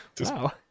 Wow